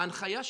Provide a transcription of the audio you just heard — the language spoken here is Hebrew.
ההנחיה,